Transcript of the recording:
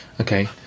Okay